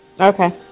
Okay